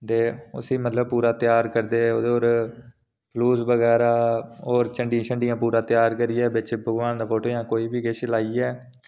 ते उसी मतलब पूरा त्यार करदे फलूस बगैरा होर झंडियां शंडियां लाइयै पूरा त्यार करियै बिच इक भगवान दा फोटो लाइयै